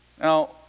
Now